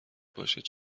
باشد